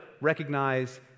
recognize